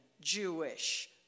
Jewish